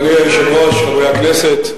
אדוני היושב-ראש, חברי הכנסת,